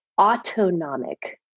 autonomic